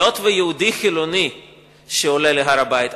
היות שיהודי חילוני שעולה להר-הבית,